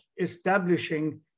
establishing